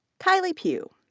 kylie pugh.